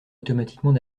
automatiquement